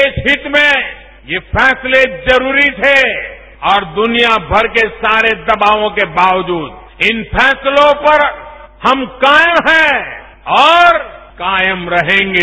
देश हित में यह फैसले जरूरी थे और दुनियाभर के सारे दबावों के बावजूद इन फैसलों पर हम कायम हैं और कायम रहेंगे